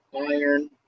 iron